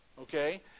Okay